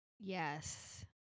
Yes